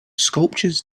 sculptures